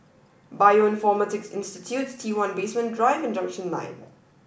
Bioinformatics Institute T one Basement Drive and Junction nine